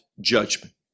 judgment